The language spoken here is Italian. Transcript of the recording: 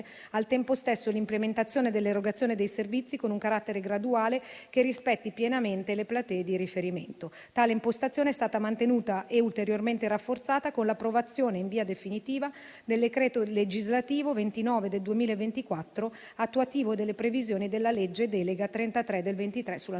al tempo stesso, l'implementazione dell'erogazione dei servizi con un carattere graduale che rispetti pienamente le platee di riferimento. Tale impostazione è stata mantenuta e ulteriormente rafforzata con l'approvazione in via definitiva del decreto legislativo n. 29 del 2024, attuativo delle previsioni della legge delega n. 33 del 2023 sulla non